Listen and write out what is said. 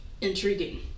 Intriguing